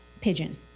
pigeon